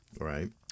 Right